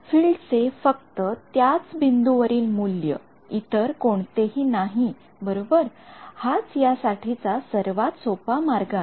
तर फिल्ड चे फक्त त्याच बिंदू वरील मूल्य इतर कोणतेही नाही बरोबर हाच या साठीचा सर्वात सोप्पा मार्ग आहे